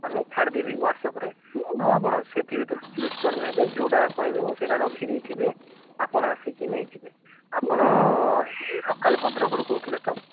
ମାନେ ଛାଡ଼ିଦେବି ହ୍ୱାଟ୍ସଆପ୍ରେ ଆଉ ଆପଣ ସେଥି ଭିତରୁ ଚୁଜ୍ କରିନେବେ ଯେଉଁଟା କହିବେ ମୁଁ ସେଇଟା ରଖିଦେଇଥିବି ଆପଣ ଆସିକି ନେଇଯିବେ ଆପଣ ଏଇ ଲୋକାଲ୍ ଭଦ୍ରକରୁ କହୁଥିଲେ ତ